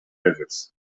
rivers